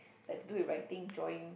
that do with writing drawing